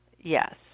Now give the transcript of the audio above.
Yes